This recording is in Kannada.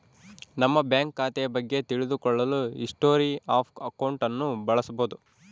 ನಮ್ಮ ಬ್ಯಾಂಕ್ ಖಾತೆಯ ಬಗ್ಗೆ ತಿಳಿದು ಕೊಳ್ಳಲು ಹಿಸ್ಟೊರಿ ಆಫ್ ಅಕೌಂಟ್ ಅನ್ನು ಬಳಸಬೋದು